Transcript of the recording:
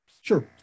Sure